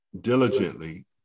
diligently